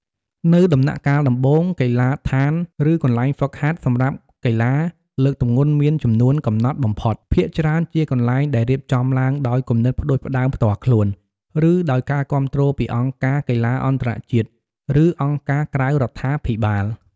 នៅដំណាក់កាលដំបូង កីឡាដ្ឋាន ឬកន្លែងហ្វឹកហាត់ សម្រាប់កីឡាលើកទម្ងន់មានចំនួន កំណត់បំផុត។ ភាគច្រើនជាកន្លែងដែលរៀបចំឡើងដោយគំនិតផ្តួចផ្តើមផ្ទាល់ខ្លួន ឬដោយការគាំទ្រពីអង្គការកីឡាអន្តរជាតិ ឬអង្គការក្រៅរដ្ឋាភិបាល។